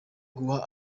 guha